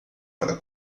para